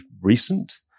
recent